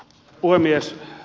puhemies